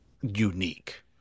unique